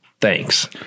Thanks